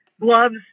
gloves